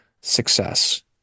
success